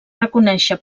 reconèixer